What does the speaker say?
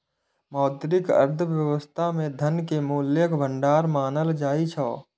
मौद्रिक अर्थव्यवस्था मे धन कें मूल्यक भंडार मानल जाइ छै